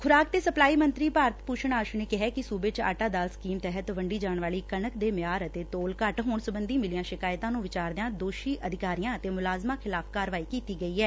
ਖੁਰਾਕ ਤੇ ਸਪਲਾਈ ਮੰਤਰੀ ਭਾਰਤ ਭੁਸ਼ਣ ਆਸੁ ਨੇ ਕਿਹੈ ਕਿ ਸੁਬੇ ਚ ਆਟਾ ਦਾਲ ਸਕੀਮ ਤਹਿਤ ਵੰਡੀ ਜਾਣ ਵਾਲੀ ਕਣਕ ਦੀ ਮਿਆਰ ਅਤੇ ਤੋਲ ਘਟ ਹੋਣ ਸਬੰਧੀ ਮਿਲੀਆਂ ਸ਼ਿਕਾਇਤਾਂ ਨੰ ਵਿਚਾਰਦਿਆਂ ਦੋਸ਼ੀ ਅਧਿਕਾਰੀਆਂ ਅਤੇ ਮੁਲਾਜ਼ਮਾਂ ਖਿਲਾਫ਼ ਕਾਰਵਾਈ ਕੀਤੀ ਗਈ ਐ